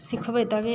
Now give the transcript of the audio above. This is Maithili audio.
सीखबय तबे